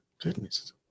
Goodness